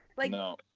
No